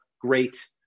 great